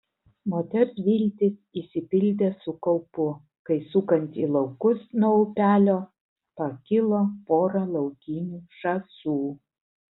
moters viltys išsipildė su kaupu kai sukant į laukus nuo upelio pakilo pora laukinių žąsų